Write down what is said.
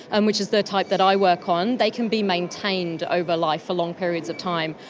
and which is the type that i work on, they can be maintained over life for long periods of time.